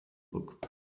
book